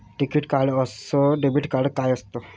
टिकीत कार्ड अस debit card काय असत?